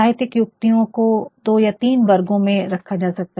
साहित्यिक युक्तियों को दो या तीन वर्गों में रखा जा सकता है